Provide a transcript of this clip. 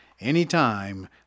anytime